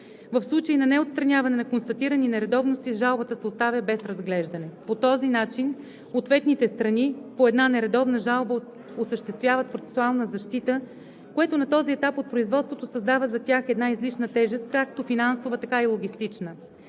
В случай на неотстраняване на констатирани нередовности жалбата се оставя без разглеждане. По този начин ответните страни по една нередовна жалба осъществяват процесуална защита, което на този етап от производството създава за тях една излишна тежест – както финансова, така и логистична.